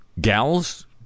gals